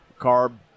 carb